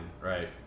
right